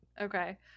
okay